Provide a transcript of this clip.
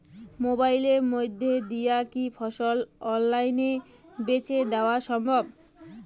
মোবাইলের মইধ্যে দিয়া কি ফসল অনলাইনে বেঁচে দেওয়া সম্ভব?